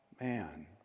man